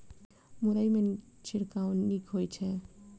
मुरई मे छिड़काव नीक होइ छै?